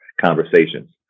conversations